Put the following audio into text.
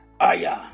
Aya